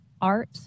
art